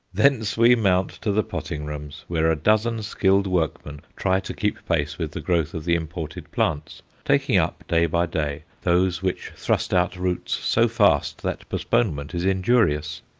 thence we mount to the potting-rooms, where a dozen skilled workmen try to keep pace with the growth of the imported plants taking up, day by day, those which thrust out roots so fast that postponement is injurious.